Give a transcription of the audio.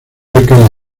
marca